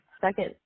second